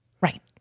Right